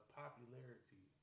popularity